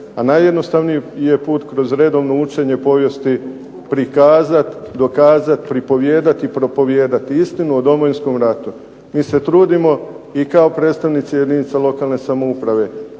a najjednostavniji je put kroz redovno učenje povijesti prikazat, dokazat, pripovijedati i propovijedati istinu o Domovinskom ratu. Mi se trudimo i kao predstavnici jedinica lokalne samouprave,